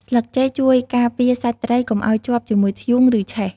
ស្លឹកចេកជួយការពារសាច់ត្រីកុំឲ្យជាប់ជាមួយធ្យូង ឬឆេះ។